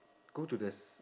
go to the s~